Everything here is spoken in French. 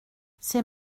c’est